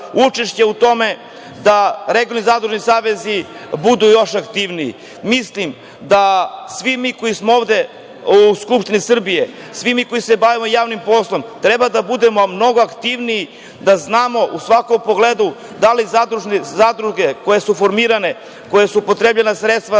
učešće u tome da regionalni zadružni savezi budu još aktivniji? Mislim da svi mi koji smo ovde u Skupštini Srbije, svi mi koji se bavimo javnim poslom treba da budemo mnogo aktivniji, da znamo u svakom pogledu da li zadruge koje su formirane, koje su dobile sredstva